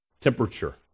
temperature